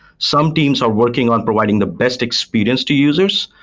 some teams are working on providing the best experience to users,